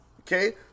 Okay